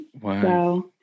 Wow